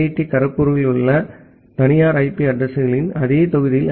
D காரக்பூருக்குள் தனியார் IP addressing களின் அதே தொகுதியில் ஐ